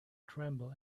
tremble